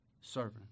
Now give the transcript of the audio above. servant